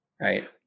right